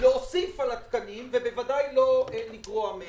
להוסיף על התקנים, ובוודאי לא לגרוע מהם.